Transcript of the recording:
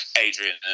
Adrian